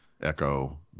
Echo